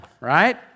right